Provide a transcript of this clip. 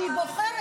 שהיא בוחרת,